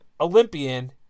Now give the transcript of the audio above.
Olympian